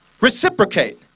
reciprocate